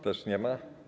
Też nie ma?